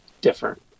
different